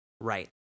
Right